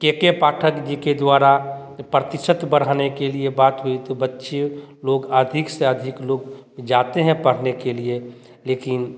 के के पाठक जी के द्वारा प्रतिशत बढ़ाने के लिए बात हुई तो बच्चे लोग अधिक से अधिक लोग जाते है पढ़ने के लिए लेकिन